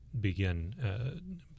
begin